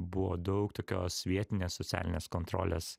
buvo daug tokios vietinės socialinės kontrolės